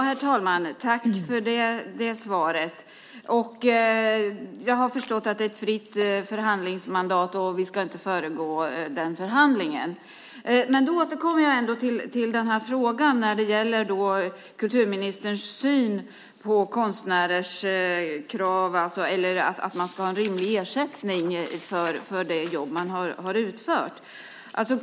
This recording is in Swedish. Herr talman! Jag tackar för svaret. Jag har förstått att det är ett fritt förhandlingsmandat, och vi ska inte föregå förhandlingen. Jag återkommer dock till frågan om kulturministerns syn på att konstnärer ska ha rimlig ersättning för det jobb de utfört.